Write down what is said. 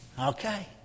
Okay